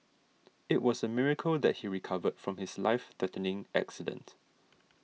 it was a miracle that he recovered from his life threatening accident